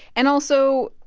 and also,